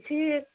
एसे